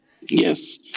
Yes